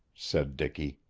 said dicky.